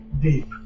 deep